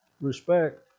respect